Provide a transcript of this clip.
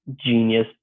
genius